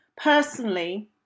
Personally